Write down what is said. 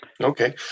Okay